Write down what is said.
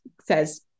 says